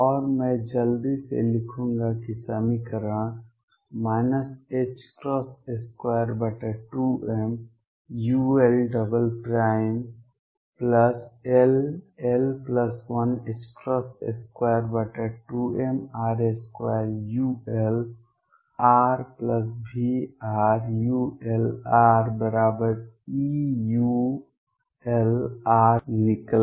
और मैं जल्दी से लिखूंगा कि समीकरण 22mulll122mr2ulrVulrEulr निकला